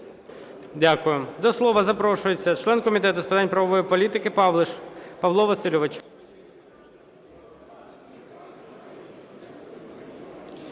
Дякую. До слова запрошується член Комітету з питань правової політики Павліш Павло Васильович.